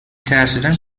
ترسیدم